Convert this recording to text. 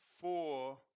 four